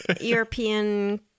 European